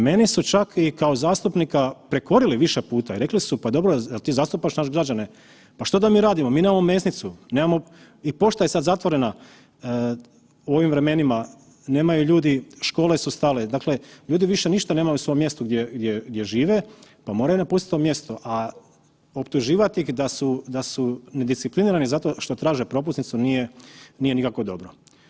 Mene su čak i kao zastupnika prekorili više puta i rekli su pa dobro jer ti zastupaš naš građane, pa što da mi radimo, mi nemamo mesnicu, nemamo, i pošta je sad zatvorena u ovim vremenima, nemaju ljudi, škole su stale, dakle ljudi više ništa nemaju u svom mjestu gdje, gdje, gdje žive, pa moraju napustit to mjesto, a optuživat ih da su, da su nedisciplinirani zato što traže propusnicu nije, nije nikako dobro.